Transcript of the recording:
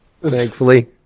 thankfully